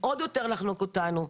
זה עוד יותר לחנוק אותנו.